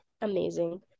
amazing